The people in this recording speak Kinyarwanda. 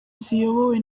ziyobowe